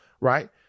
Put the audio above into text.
Right